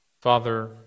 Father